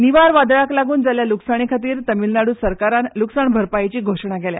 निवार वादळाक लागून जाल्ले लूकसाणे खातीर तामीळनाडू सरकारान ल्रकसाण भरपायेची घोशणा केल्या